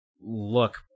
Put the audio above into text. look